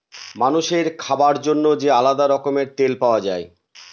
মানুষের খাবার জন্য যে আলাদা রকমের তেল পাওয়া যায়